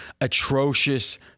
atrocious